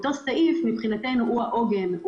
מבחינתנו אותו סעיף הוא העוגן,